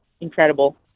incredible